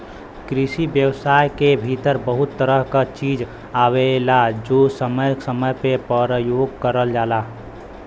कृषि व्यवसाय के भीतर बहुत तरह क चीज आवेलाजो समय समय पे परयोग करल जाला